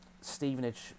Stevenage